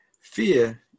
Fear